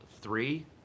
Three